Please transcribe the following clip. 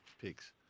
Pigs